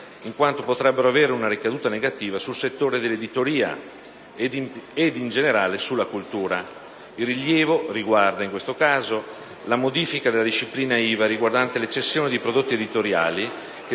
in quanto potrebbero avere un ricaduta negativa sul settore dell'editoria e più in generale sulla cultura. Il rilievo riguarda, in questo caso, la modifica della disciplina dell'IVA riguardante le cessioni di prodotti editoriali, che